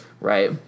right